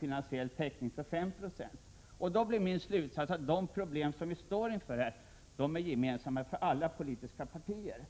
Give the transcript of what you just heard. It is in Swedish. finansiell täckning för 4 26, men det talas om 100 96. Min slutsats är att de problem som vi står inför är gemensamma för alla politiska partier.